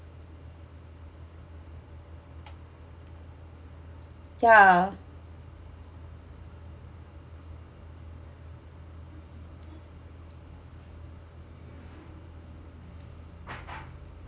ya